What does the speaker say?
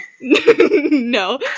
No